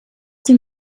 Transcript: dem